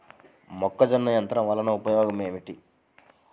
మొక్కజొన్న యంత్రం వలన ఉపయోగము ఏంటి?